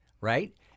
Right